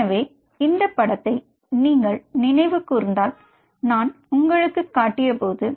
எனவே இந்த படத்தை நீங்கள் நினைவு கூர்ந்தால் நான் உங்களுக்குக் காட்டியபோது